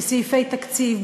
בסעיפי תקציב,